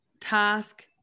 task